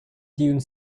dune